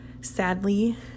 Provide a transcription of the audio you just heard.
Sadly